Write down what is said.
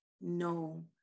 no